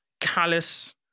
callous